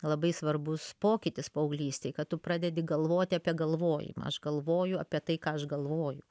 labai svarbus pokytis paauglystėj kad tu pradedi galvoti apie galvojimą aš galvoju apie tai ką aš galvoju